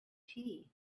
tea